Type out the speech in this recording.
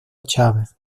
chávez